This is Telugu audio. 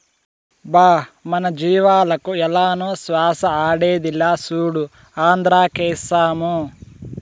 బా మన జీవాలకు ఏలనో శ్వాస ఆడేదిలా, సూడు ఆంద్రాక్సేమో